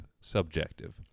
subjective